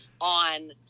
on